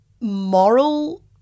moral